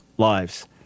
lives